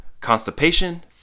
constipation